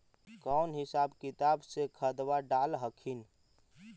कौन हिसाब किताब से खदबा डाल हखिन?